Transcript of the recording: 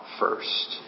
first